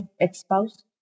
ex-spouse